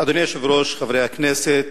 אדוני היושב-ראש, חברי הכנסת,